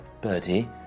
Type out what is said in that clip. Birdie